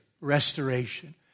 restoration